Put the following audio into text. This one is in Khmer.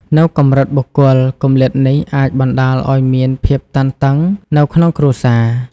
នៅកម្រិតបុគ្គល គម្លាតនេះអាចបណ្តាលឱ្យមានភាពតានតឹងនៅក្នុងគ្រួសារ។